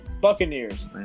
Buccaneers